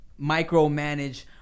micromanage